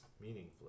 meaningfully